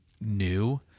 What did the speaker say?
new